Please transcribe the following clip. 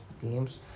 games